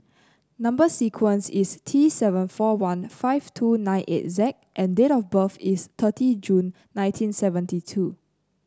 number sequence is T seven four one five two nine eight Z and date of birth is thirty June nineteen seventy two